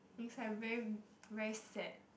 is like very very sad